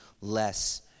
less